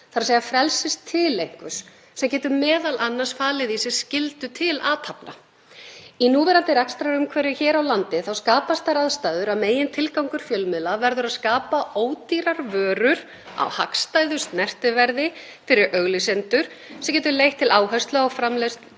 þ.e. frelsis til einhvers sem getur m.a. falið í sér skyldu til athafna. Í núverandi rekstrarumhverfi hér á landi skapast þær aðstæður að megintilgangur fjölmiðla verður að skapa ódýrar vörur á hagstæðu snertiverði fyrir auglýsendur sem getur leitt til áherslu á framleiðslu